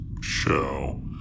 show